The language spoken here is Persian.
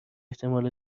احتمال